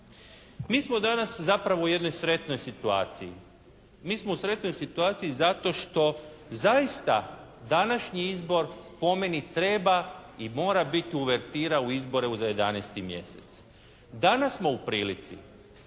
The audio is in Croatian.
Mi smo danas zapravo u jednoj sretnoj situaciji. Mi smo u sretnoj situaciji zato što zaista današnji izbor po meni treba i mora bit uvertira u izbore za 11. mjesec. Danas smo u prilici